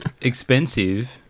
expensive